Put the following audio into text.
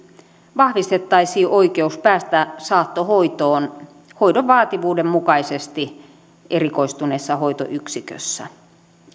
vahvistettaisiin oikeus päästä saattohoitoon hoidon vaativuuden mukaisesti erikoistuneessa hoitoyksikössä